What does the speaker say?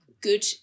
good